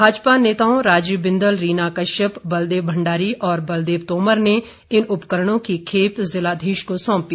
भाजपा नेताओं राजीव बिंदल रीना कश्यप बलदेव भंडारी और बलदेव तोमर ने इन उपकरणों की खेप जिलाधीश को सौंपी